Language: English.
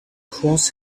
cross